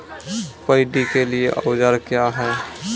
Paddy के लिए औजार क्या हैं?